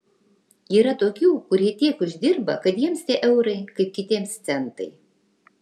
yra tokių kurie tiek uždirba kad jiems tie eurai kaip kitiems centai